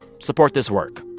support this work.